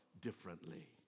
differently